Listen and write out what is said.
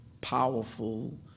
powerful